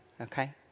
Okay